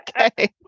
okay